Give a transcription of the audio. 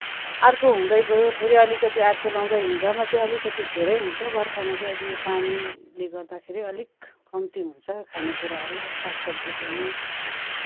अर्को हुँदै गयो फेरि अलिकति अर्को लाउँदा हिउँदामा चाहिँ अलिकति धेरै हुन्छ बर्खामा चाहिँ अहिले यो पानीले गर्दाखेरि अलिक कम्ती हुन्छ खानेकुराहरू सागसब्जी पनि